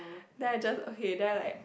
then I just okay then I like